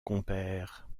compère